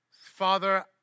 Father